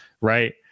right